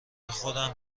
خودم